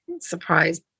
surprise